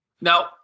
Now